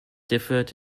differed